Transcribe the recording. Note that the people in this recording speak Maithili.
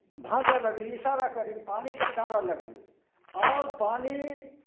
भाँजय लगली इशारा करी पानिकेँ टारय लगली आओर पानी